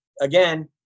again